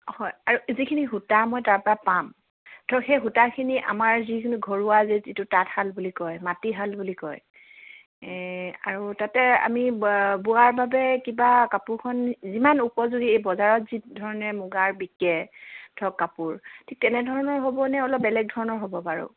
হয় আৰু যিখিনি সূতা মই তাৰপৰা পাম তো সেই সূতাখিনি আমাৰ যিকোনো ঘৰুৱা যিটো তাঁতশাল বুলি কয় মাটিশাল বুলি কয় আৰু তাতে আমি বোৱাৰ বাবে কিবা কাপোৰখন যিমান উপযোগী এই বজাৰত যি ধৰণে মুগাৰ বিক্ৰে ধৰক কাপোৰ ঠিক তেনেধৰণৰ হ'বনে অলপ বেলেগ ধৰণৰ হ'ব বাৰু